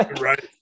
Right